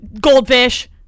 goldfish